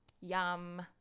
yum